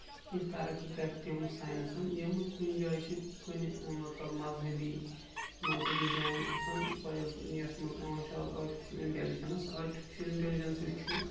کیٚنٛہہ ترقی کرِ سایٚنَسن یِم کُنہِ جایہِ چھِ کُنہِ مطلب مَزہبی مَزہبی جاین آسن فار ایٚک یَتھ منٛز یِوان چھُ آرٹِفِشل اِنٹیلجینس آرٹِفِشل اِنٹیلجینس چھُ